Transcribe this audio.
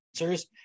answers